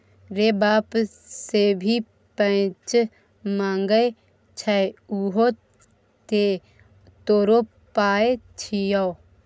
रे बाप सँ की पैंच मांगय छै उहो तँ तोरो पाय छियौ